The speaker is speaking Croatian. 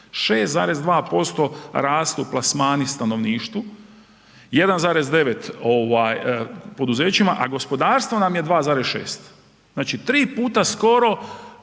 6,2% rastu plasmani stanovništvu, 1,9 ovaj poduzećima, a gospodarstvo nam je 2,6 znači 3 puta skoro